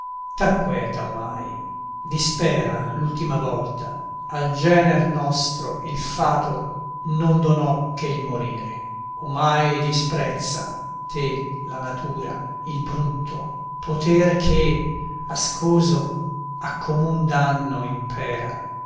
mondo t'acqueta omai dispera l'ultima volta al gener nostro il fato non donò che il morire omai disprezza te la natura il brutto poter che ascoso a comun danno impera